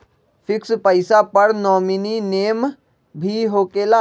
Fix पईसा पर nominee name भी होकेला?